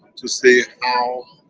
to see how